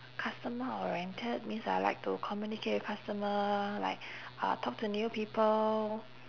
customer oriented means I like to communicate with customer like uh talk to new people